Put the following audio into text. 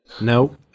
No